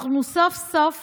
אנחנו סוף-סוף